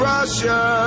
Russia